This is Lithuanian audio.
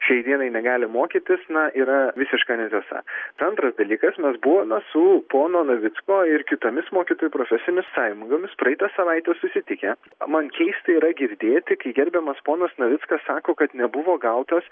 šiai dienai negali mokytis na yra visiška netiesa antras dalykas mes buvome su pono navicko ir kitomis mokytojų profesinėmis sąjungomis praeitą savaitę susitikę man keista yra girdėti kai gerbiamas ponas navickas sako kad nebuvo gautas